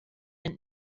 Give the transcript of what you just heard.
and